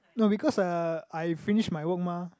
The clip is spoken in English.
no because uh I finish my work mah